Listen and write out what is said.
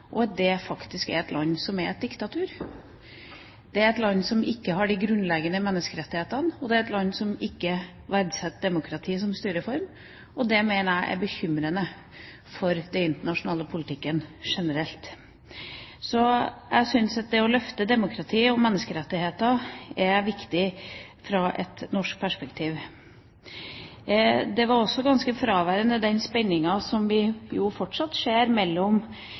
er et diktatur. Det er et land som ikke har de grunnleggende menneskerettighetene, og det er et land som ikke verdsetter demokratiet som styreform. Det mener jeg er bekymringsfullt for den internasjonale politikken generelt. Jeg syns det å løfte demokratiet og menneskerettighetene er viktig fra et norsk perspektiv. Den spenningen som vi fortsatt ser mellom den arabiske verden og Europa, var også ganske fraværende.